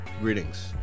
Greetings